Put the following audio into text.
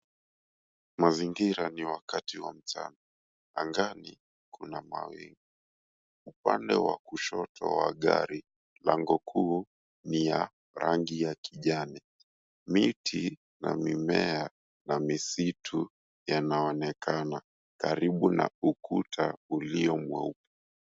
Mazingira ni wakati wa mchana. Angani kuna mawingu. Upande wa kushoto wa gari lango kuu ni ya rangi ya kijani. Miti na mimea na misitu yanaonekana karibu na ukuta ulio mweupe.